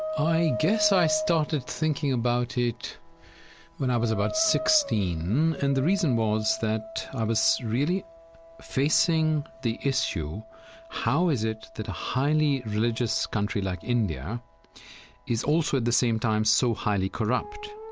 i guess i started thinking about it when i was about sixteen. and the reason was that i was really facing the issue how is it that a highly religious country like india is also at the same time so highly corrupt?